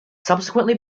subsequently